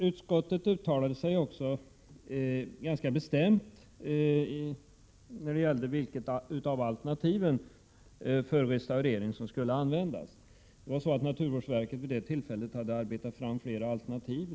Utskottet uttalade sig också ganska bestämt angående vilket alternativ för restaurering som skulle väljas. Naturvårdsverket hade arbetat fram flera alternativ.